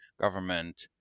government